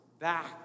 back